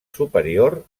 superior